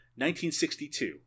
1962